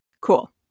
Cool